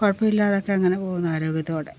കുഴപ്പം ഇല്ലാതെ ഒക്കെ അങ്ങനെ പോകുന്നു ആരോഗ്യത്തോടെ